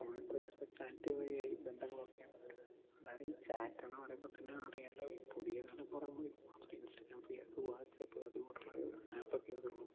ഫോണിൽക്കൂടെ just chat വഴി ബന്ധങ്ങളൊക്കെ അതായത് ഈ ചാറ്റെന്ന് പറയുമ്പോൾ തന്നെ അറിയാമല്ലോ ഈ പുതിയ തലമുറ ഇപ്പോൾ ഇൻസ്റ്റാഗ്രാം ഫേസ്ബുക്ക് വാട്സാപ്പ് അതുപോലുള്ള ആപ്പൊക്കെ ഇതുള്ളൂ